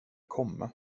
komma